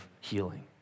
healing